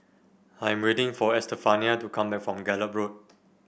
I am waiting for Estefania to come back from Gallop Road